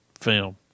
film